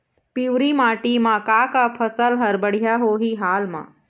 पिवरी माटी म का का फसल हर बढ़िया होही हाल मा?